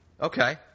Okay